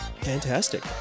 Fantastic